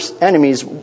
enemies